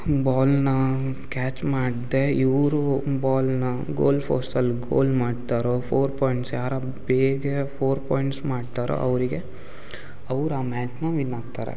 ಬಾಲನ್ನ catch ಮಾಡದೇ ಇವರು ಬಾಲನ್ನ ಗೋಲ್ ಫೋಸ್ಟಲ್ಲಿ ಗೋಲ್ ಮಾಡ್ತಾರೋ ಫೋರ್ ಪಾಯಿಂಟ್ಸ್ ಯಾರು ಮ್ ಬೇಗ ಫೋರ್ ಪಾಯಿಂಟ್ಸ್ ಮಾಡ್ತಾರೋ ಅವರಿಗೆ ಅವ್ರು ಆ ಮ್ಯಾಚನ್ನ ವಿನ್ ಆಗ್ತಾರೆ